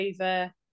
over